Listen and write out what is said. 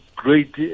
great